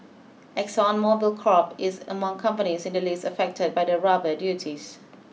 Exxon Mobile Crop is among companies in the list affected by the rubber duties